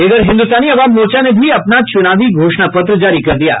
इधर हिन्दुस्तानी आवाम मोर्चा ने भी अपना चुनाव घोषणा पत्र जारी किया है